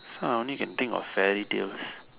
uh I only can think of fairy tales